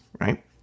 right